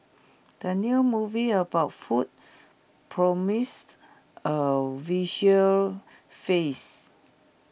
the new movie about food promised A visual feast